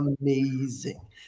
amazing